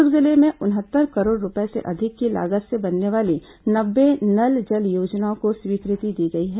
दुर्ग जिले में उनहत्तर करोड़ रूपये से अधिक की लागत से बनने वाली नब्बे नल जल योजनाओं को स्वीकृति दी गई है